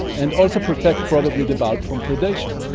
and also protect probably the bulb from predation.